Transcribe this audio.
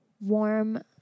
Warm